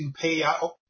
payout